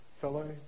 Fellow